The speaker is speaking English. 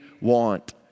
want